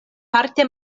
parte